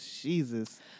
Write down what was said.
jesus